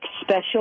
special